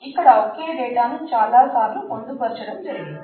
ఇక్కడ ఒకే డేటాను చాలా సార్లు పొందుపర్చటం జరిగింది